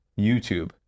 YouTube